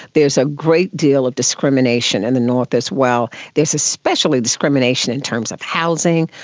there's a great deal of discrimination in the north as well. there's especially discrimination in terms of housing,